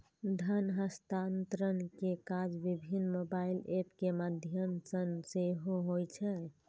धन हस्तांतरण के काज विभिन्न मोबाइल एप के माध्यम सं सेहो होइ छै